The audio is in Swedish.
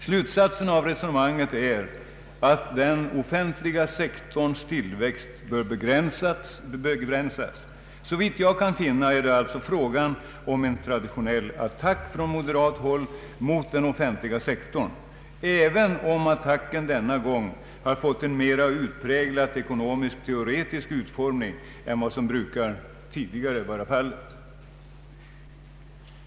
Slutsatsen av resonemanget är att den offentliga sektorns tillväxt bör begränsas. Såvitt jag kan finna är det alltså fråga om en traditionell attack från moderat håll mot den offentliga sektorn, även om attacken denna gång har fått en mera utpräglat ekonomisk-teoretisk utformning än vad som tidigare brukar vara fallet.